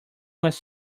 was